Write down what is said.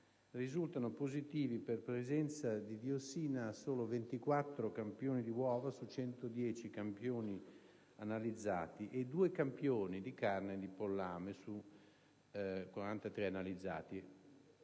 risultati positivi, per presenza di diossina, solo 24 campioni di uova, su 110 analizzati, e 2 campioni di carne di pollame, su 43 analizzati.